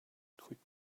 click